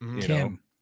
Kim